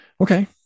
Okay